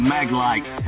Maglite